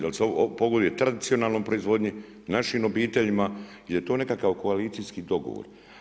Da li se ovo pogoduje tradicionalnoj proizvodnji, našim obiteljima ili je to nekakav koalicijski dogovor?